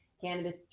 cannabis